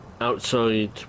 outside